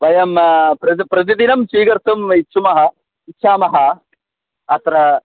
वयं प्रज् प्रतिदिनं स्वीकर्तुम् इच्छामः इच्छामः अत्र